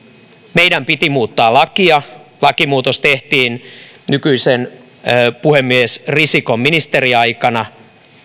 meidän piti muuttaa lakia lakimuutos tehtiin nykyisen puhemies risikon ministeriaikana